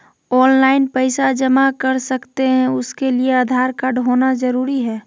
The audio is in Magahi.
ऑनलाइन पैसा जमा कर सकते हैं उसके लिए आधार कार्ड होना जरूरी है?